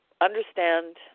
understand